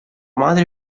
madre